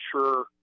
sure